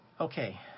Okay